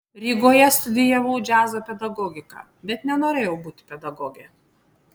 rygoje studijavau džiazo pedagogiką bet nenorėjau būti pedagoge